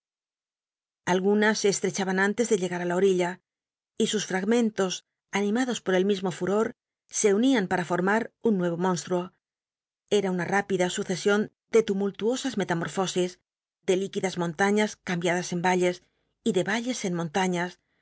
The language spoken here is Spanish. algunas se estrellaban antes de llegar á la orilla y sus fragmcntos animados por el mismo furor sc unian para formar un nuevo monstruo era una rápidn succsion de tumultuosas metamórfosis de liquidas montañas cambiadas en valles y de alles en montañas